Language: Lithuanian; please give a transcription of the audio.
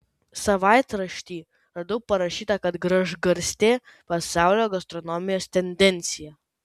savaitrašty radau parašyta kad gražgarstė pasaulio gastronomijos tendencija